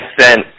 sent